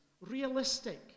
realistic